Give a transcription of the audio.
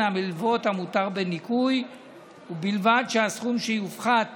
המלוות המותר בניכוי ובלבד שהסכום שיופחת